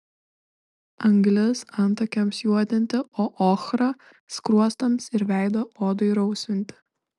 anglis antakiams juodinti o ochra skruostams ir veido odai rausvinti